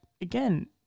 again